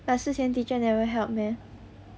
but si xian teacher never help meh